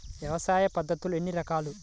వ్యవసాయ పద్ధతులు ఎన్ని రకాలు?